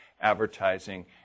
advertising